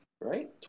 right